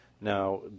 Now